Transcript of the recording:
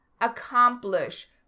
accomplish